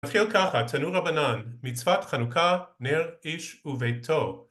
מתחיל ככה, תנו רבנן, מצוות חנוכה, נר איש וביתו.